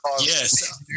yes